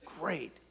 great